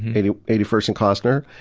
eighty eighty first and clausner,